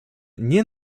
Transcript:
nie